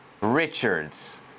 Richards